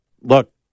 look